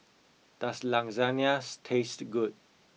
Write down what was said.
does Lasagnas taste good